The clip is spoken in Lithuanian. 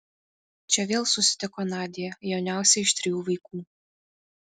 čia vėl susitiko nadią jauniausią iš trijų vaikų